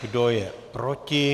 Kdo je proti?